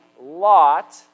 lot